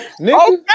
nigga